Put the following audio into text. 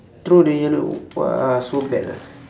throw the yellow !wah! so bad ah